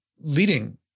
leading